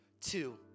two